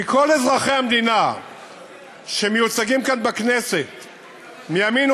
כי כל אזרחי המדינה שמיוצגים כאן בכנסת מימין,